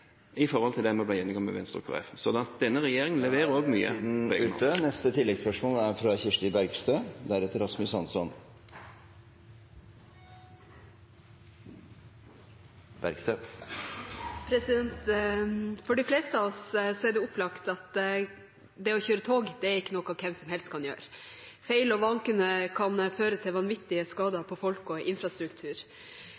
i forhold til det vi ble enige om med Venstre og Kristelig Folkeparti. Denne regjeringen leverer mye… Da er tiden ute. Kirsti Bergstø – til oppfølgingsspørsmål. For de fleste av oss er det opplagt at det å kjøre tog ikke er noe hvem som helst kan gjøre. Feil og vankunne kan føre til vanvittige skader